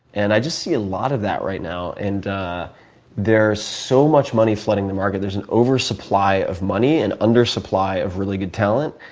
and i just see a lot of that right now. and there is so much money flooding the market. there's an oversupply of money, and undersupply of really good talent.